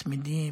מצמידים.